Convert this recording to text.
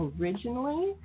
originally